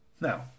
Now